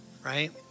right